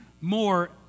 more